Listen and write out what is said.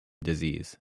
disease